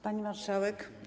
Pani Marszałek!